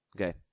Okay